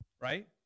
right